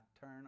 turn